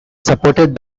supported